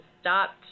stopped